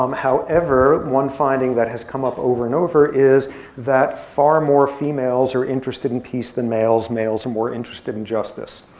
um however, one finding that has come up over and over is that far more females are interested in peace than males, males are and more interested in justice.